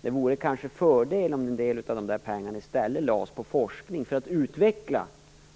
Det vore kanske en fördel om en del av dessa pengar i stället lades på forskning för att utveckla